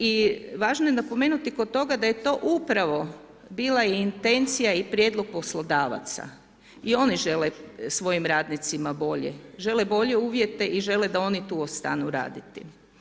I važno je napomenuti kod toga da je to upravo bila i intencija i prijedlog poslodavaca i oni žele svojim radnicima bolje, žele bolje uvjete i žele da oni tu ostanu raditi.